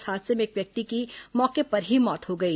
इस हादसे में एक व्यक्ति की मौके पर ही मौत हो गई